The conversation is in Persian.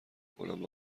کنم